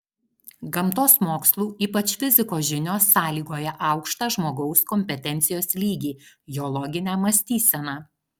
gamtos mokslų ypač fizikos žinios sąlygoja aukštą žmogaus kompetencijos lygį jo loginę mąstyseną